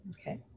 Okay